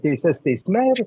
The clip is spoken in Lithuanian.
teises teisme ir